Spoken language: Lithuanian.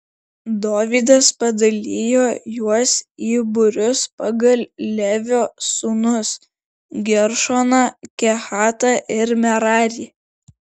dovydas padalijo juos į būrius pagal levio sūnus geršoną kehatą ir merarį